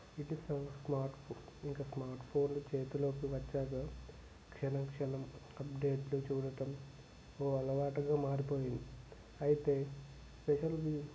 smart phone ఇంకా smart ఫోన్లు చేతిలోకి వచ్చాక క్షణం క్షణం అప్డేట్లు చూడడం ఓ అలవాటుగా మారిపోయింది అయితే స్పెషల్లీ